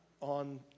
on